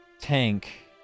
Tank